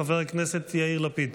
חבר הכנסת יאיר לפיד,